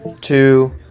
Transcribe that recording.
two